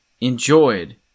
enjoyed